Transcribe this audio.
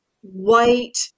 white